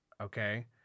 okay